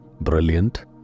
Brilliant